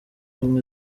ubumwe